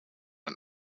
and